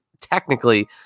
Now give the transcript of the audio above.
technically